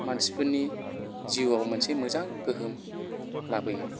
मानसिफोरनि जिउआव मोजां गोहोम लाबोयो